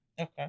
Okay